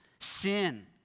sin